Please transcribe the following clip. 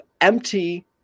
empty